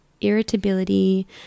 irritability